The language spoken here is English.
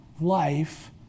life